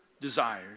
desires